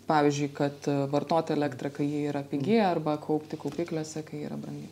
pavyzdžiui kad vartoti elektrą kai ji yra pigi arba kaupti kaupikliuose kai yra brangi